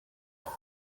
ange